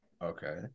Okay